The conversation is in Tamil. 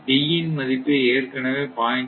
D இன் மதிப்பை ஏற்கனவே 0